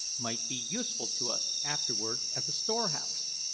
might be useful to us afterwards as a storehouse.